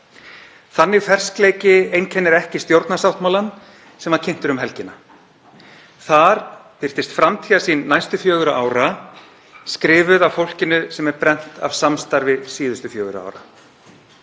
Þannig ferskleiki einkennir ekki stjórnarsáttmálann sem kynntur var um helgina. Þar birtist framtíðarsýn næstu fjögurra ára skrifuð af fólkinu sem er brennt af samstarfi síðustu fjögurra ára.